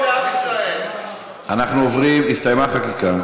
הסתיימה החקיקה.